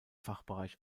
fachbereich